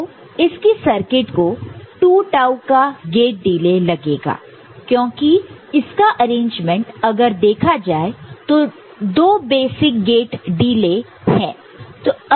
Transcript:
तो इसकी सर्किट को 2 टाऊ का गेट डिले लगेगा क्योंकि इसका अरेंजमेंट अगर देखा जाए तो 2 बेसिक गेट डिले हैं